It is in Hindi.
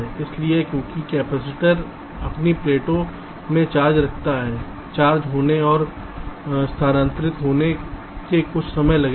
इसलिए क्योंकि कपैसिटर अपनी प्लेटों में चार्ज रखता है चार्ज होने और स्थानांतरित होने में कुछ समय लगेगा